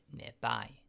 nearby